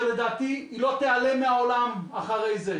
שלדעתי היא לא תיעלם מהעולם אחרי זה,